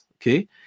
Okay